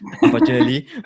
Unfortunately